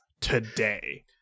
today